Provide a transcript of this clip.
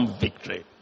victory